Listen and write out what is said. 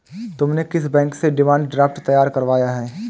तुमने किस बैंक से डिमांड ड्राफ्ट तैयार करवाया है?